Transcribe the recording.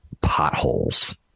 potholes